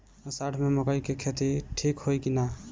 अषाढ़ मे मकई के खेती ठीक होई कि ना?